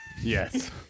Yes